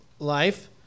life